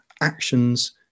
actions